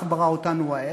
כך ברא אותנו האל,